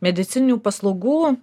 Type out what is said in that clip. medicininių paslaugų